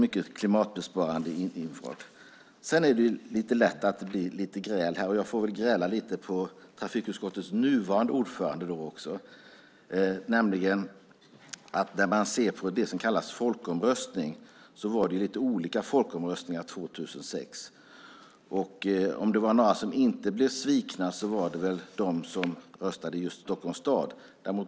Det är lätt att det blir lite gräl här, och jag får väl då också gräla lite på trafikutskottets nuvarande ordförande. När man ser på det som kallas folkomröstning var det ju lite olika folkomröstningar 2006. Var det några som inte blev svikna så var det väl just de som röstade i Stockholms stad.